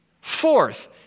fourth